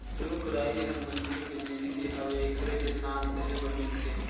रुख राई हर मइनसे के जीनगी हवे एखरे ले सांस लेहे बर मिलथे